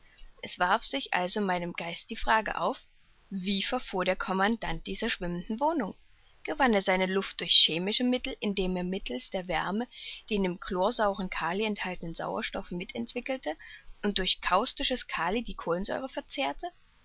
es warf sich also meinem geist die frage auf wie verfuhr der commandant dieser schwimmenden wohnung gewann er seine luft durch chemische mittel indem er mittelst der wärme den im chlorsauren kali enthaltenen sauerstoff mit entwickelte und durch kaustisches kali die kohlensäure verzehrte